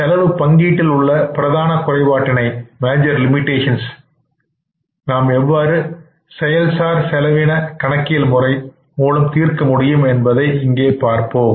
செலவு பங்கீட்டில் உள்ள பிரதான குறைபாட்டினை நாம் எவ்வாறு செயல் சார் செலவிட்டு கணக்கியலின் மூலம் தீர்க்க முடியும் என்பதை இங்கே பார்ப்போம்